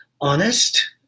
honest